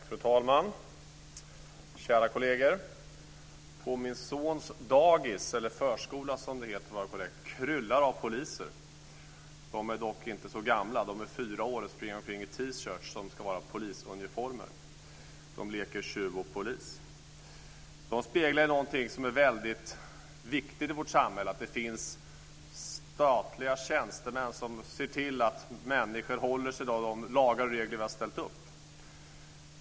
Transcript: Fru talman! Kära kolleger! På min sons förskola kryllar det av poliser. De är dock inte så gamla. De är fyra år och springer omkring i T-shirts som ska föreställa polisuniformer. De leker tjuv och polis. De speglar någonting som är väldigt viktigt i vårt samhälle, att det finns statliga tjänstemän som ser till att människor håller sig till de lagar och regler som vi har ställt upp.